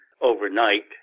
overnight